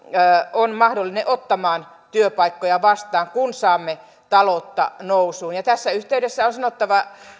on mahdollinen ottamaan työpaikkoja vastaan kun saamme taloutta nousuun tässä yhteydessä on on sanottava